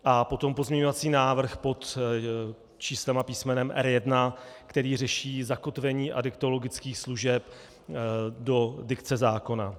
A potom pozměňovací návrh pod číslem a písmenem R1 (?), který řeší zakotvení adiktologických služeb do dikce zákona.